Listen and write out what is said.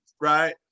right